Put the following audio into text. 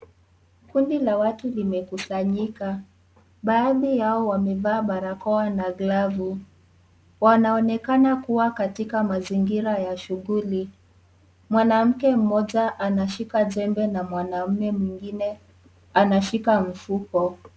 Kundi la watu limekusanyika. Baadhi yao wamevaa barakoa na glavu. Wanaonekana kuwa katika mazingira ya shughuli. Mwanamke mmoja anashika jembe na mwanamme mwingine anashika mfuko.